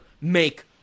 make